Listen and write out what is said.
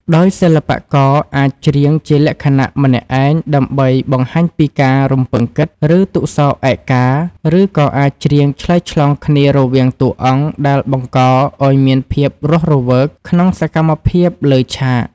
ដោយសិល្បករអាចច្រៀងជាលក្ខណៈម្នាក់ឯងដើម្បីបង្ហាញពីការរំពឹងគិត ឬទុក្ខសោកឯកា ឬក៏អាចច្រៀងឆ្លើយឆ្លងគ្នារវាងតួអង្គដែលបង្កឱ្យមានភាពរស់រវើកក្នុងសកម្មភាពលើឆាក។